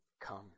come